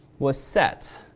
was set?